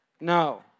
No